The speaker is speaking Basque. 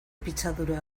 pitzadura